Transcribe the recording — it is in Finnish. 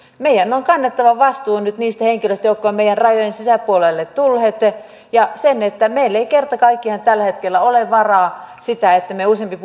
meidän on kannettava vastuu nyt niistä henkilöistä jotka ovat meidän rajojen sisäpuolelle tulleet eikä meillä kerta kaikkiaan tällä hetkellä ole varaa siihen että me useamman